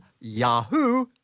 yahoo